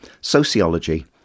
sociology